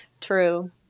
True